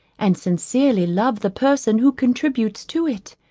and sincerely love the person who contributes to it.